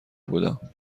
بودم